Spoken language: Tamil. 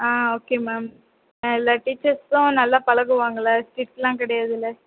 ஆ ஓகே மேம் எல்லாம் டீச்சர்ஸும் நல்லா பழகுவாங்களா ஸ்டிக்ட்லாம் கிடையாதுல